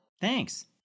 Thanks